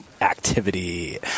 activity